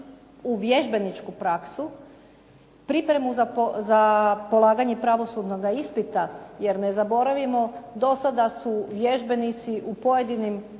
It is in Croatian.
u vježbeničku praksu, pripremu za polaganje pravosudnoga ispita jer ne zaboravimo do sada su vježbenici u pojedinim